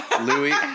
Louis